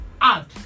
out